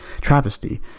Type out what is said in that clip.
Travesty